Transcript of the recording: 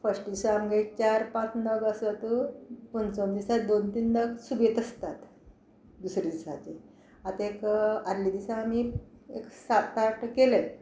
first दिसा आमगे चार पांच नग आसत पंचम दिसा दोन तीन नग सुबेज आसतात दुसरे दिसाचे आतां एक आदले दिसा आमी एक सात आठ केले